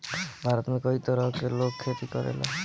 भारत में कई तरह से लोग खेती करेला